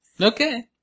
Okay